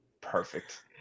perfect